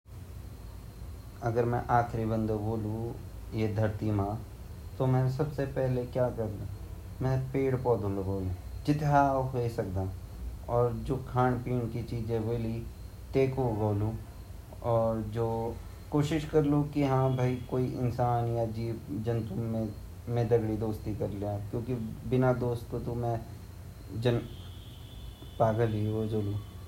अगर मै दुनिया मा आखरी इंसान ची ता मि इन करुलु की जु मेरी प्रकृति अर जानवर वोला ता ऊ दगडी आपा दोस्ती करलु अर अप्रु जीवन काटुलु नि ता मै आपु ते इन समझोलू की मेदे भगवान् छिन, भगवाने छिन जु ये धरती मा अकेला छिन इंसानता सब चल जोला पर भगवान् जू चीजे दुबारा रचल।